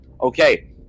Okay